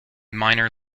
minor